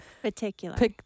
particular